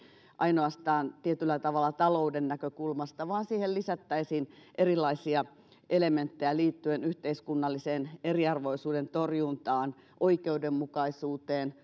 ainoastaan tietyllä tavalla talouden näkökulmasta vaan siihen lisättäisiin erilaisia elementtejä liittyen yhteiskunnallisen eriarvoisuuden torjuntaan oikeudenmukaisuuteen